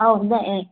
ꯑꯧ ꯅꯛꯑꯦ